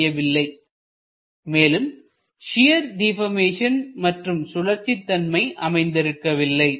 அமையவில்லை மேலும் shear deformation மற்றும் சுழற்சிதன்மையும் அமைந்திருக்கவில்லை